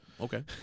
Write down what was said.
okay